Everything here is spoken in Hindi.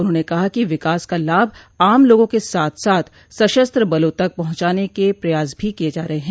उन्होंने कहा कि विकास का लाभ आम लोगों के साथ साथ सशस्त्र बलों तक पहुंचाने के प्रयास भी किए जा रहे हैं